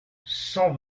cent